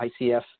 ICF